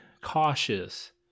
cautious